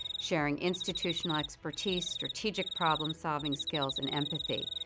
sharing institutional expertise, strategic problem solving skills and empathy.